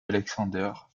alexander